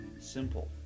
simple